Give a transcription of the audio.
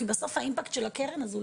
כי בסוף הרווח של הקרן הזו,